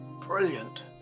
brilliant